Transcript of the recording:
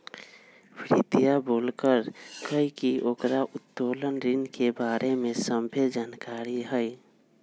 प्रीतिया बोललकई कि ओकरा उत्तोलन ऋण के बारे में सभ्भे जानकारी हई